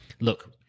look